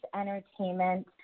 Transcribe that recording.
entertainment